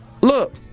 look